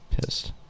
Pissed